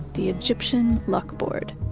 the egyptian luck board.